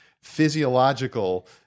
physiological